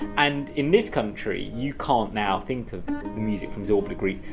and in this country. you can't now think of the music from zorba the greek.